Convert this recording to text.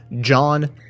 John